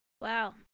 Wow